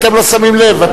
אתם לא שמים לב.